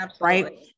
Right